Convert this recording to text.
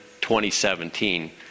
2017